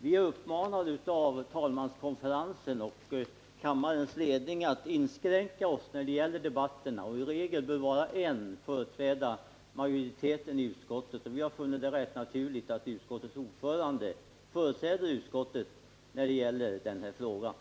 Vi är av talmanskonferensen och kammarens ledning uppmanade att inskränka oss i Nr 141 debatterna, och i regel bör bara en talare företräda majoriteten i utskottet. Vi ö : Onsdagen den har därför funnit det naturligt att utskottets ordförande företräder utskottet i 9 maj 1979 den här frågan.